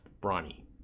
brawny